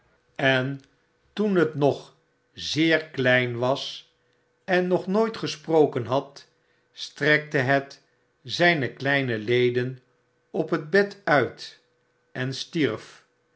en toen het nog zeer klein was en nog nooit gesproken had strekte het zyne kleine leden op het bed uit en stierf